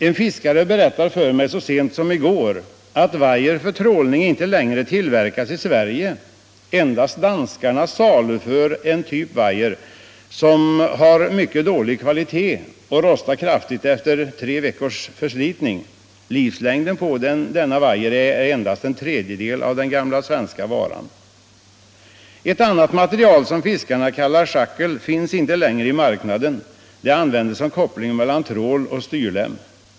En fiskare berättade för mig så sent som i går att wire för frålning inte längre tillverkas i Sverige. Endast danskarna saluför en typ wire, som dock har mycket dålig kvalitet och rostar kraftigt redan efter tre veckor. Livslängden på denna wire är endast en tredjedel av den gamla svenska varans. Ett annat hjälpmedel, som fiskarna kallar schackel, finns inte längre i marknaden. Det används som koppling mellan trål och trålläm.